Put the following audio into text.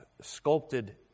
sculpted